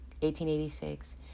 1886